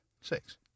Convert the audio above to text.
Six